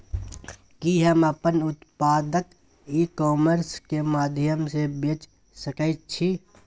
कि हम अपन उत्पाद ई कॉमर्स के माध्यम से बेच सकै छी?